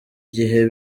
gihe